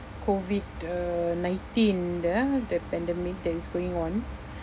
COVID uh nineteen ah the pandemic that is going on